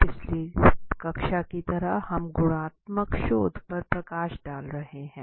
पिछली कक्षा की तरह हम गुणात्मक शोध पर प्रकाश डाल रहे थे